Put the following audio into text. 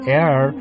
air